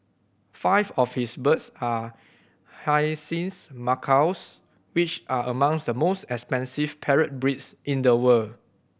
five of his birds are hyacinth macaws which are among the most expensive parrot breeds in the world